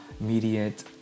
immediate